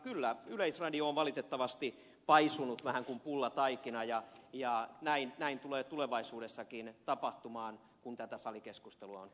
kyllä yleisradio on valitettavasti paisunut vähän kuin pullataikina ja näin tulee tulevaisuudessakin tapahtumaan kun tätä salikeskustelua on kuunnellut